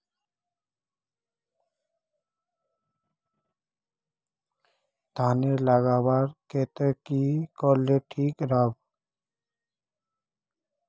धानेर लगवार केते की करले ठीक राब?